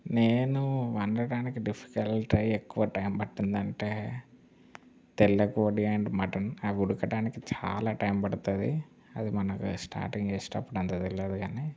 నేను వండడానికి డిఫికల్ట్ అయింది ఎక్కువ టైం పట్టిందంటే తెల్లకోడి అండ్ మటన్ అవి ఉడకటానికి చాలా టైం పడుతుంది అది మనకి స్టార్టింగ్ చేసేటప్పుడు అంతగా తెలియదు కానీ